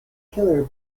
killer